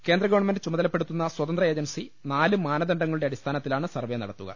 കേന്ദ്രഗവൺമെന്റ് ചുമതലപ്പെടുത്തു ന്ന സ്വതന്ത്ര ഏജൻസി നാല് മാനദണ്ഡങ്ങളുടെ അടിസ്ഥാനത്തിലാണ് സർവേ നടത്തുക